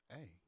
Hey